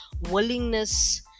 willingness